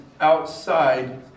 outside